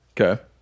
Okay